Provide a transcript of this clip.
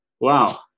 Wow